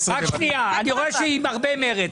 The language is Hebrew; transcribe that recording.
רק שנייה, אני רואה שהיא עם הרבה מרץ.